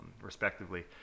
respectively